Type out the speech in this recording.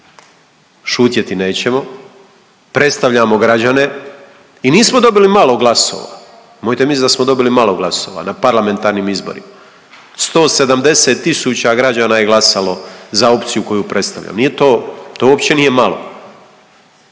Šutjeti nećemo. Predstavljamo građane i nismo dobili malo glasova, nemojte misliti da smo dobili malo glasova na parlamentarnim izborima 170 000 građana je glasalo za opciju koju predstavljam. Nije to, to uopće nije malo.